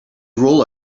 rule